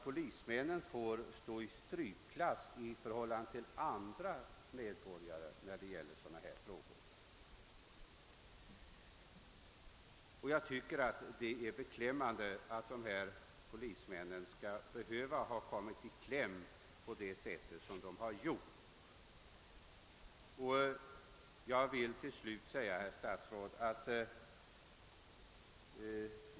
Polismännen får ju stå i strykklass i förhållande till andra medborgare när det gäller sådana här frågor, och jag tycker att det är beklämmande att dessa polismän drabbas på detta sätt.